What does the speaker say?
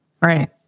Right